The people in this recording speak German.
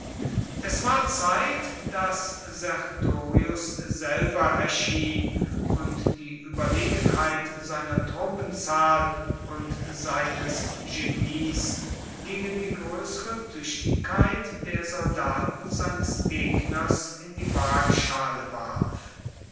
es war zeit daß sertorius selber erschien und die überlegenheit seiner truppenzahl und seines genies gegen die größere tüchtigkeit der soldaten seines gegners in die waagschale warf